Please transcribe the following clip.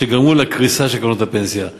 וגרמו לקריסה של קרנות הפנסיה.